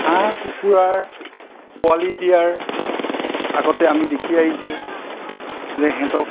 হাঁহ কুকুৰাৰ পোৱালি দিয়াৰ আগতে আমি দেখি আহিছোঁ যে সিহঁতক